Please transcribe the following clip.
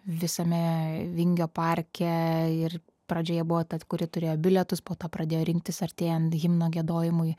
visame vingio parke ir pradžioje buvo ta kuri turėjo bilietus po to pradėjo rinktis artėjant himno giedojimui